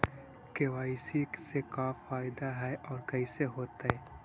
KYC से का फायदा है और कैसे होतै?